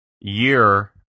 year